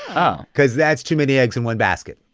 oh. because that's too many eggs in one basket,